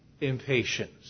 impatience